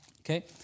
Okay